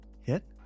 hit